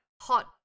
hot